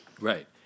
Right